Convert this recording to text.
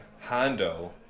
Hondo